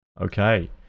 Okay